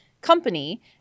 company